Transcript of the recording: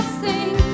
sing